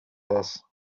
this